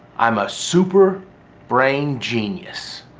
i am a super brain genius.